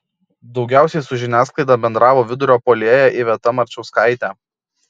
daugiausiai su žiniasklaida bendravo vidurio puolėja iveta marčauskaitė